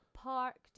parked